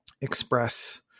express